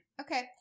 Okay